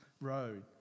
road